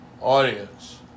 Audience